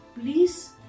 please